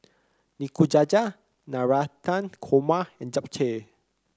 Nikujaga Navratan Korma and Japchae